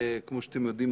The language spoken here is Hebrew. כמו שאתם יודעים,